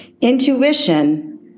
Intuition